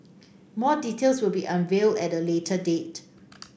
more details will be unveiled at a later date